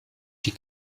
die